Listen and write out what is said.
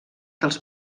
dels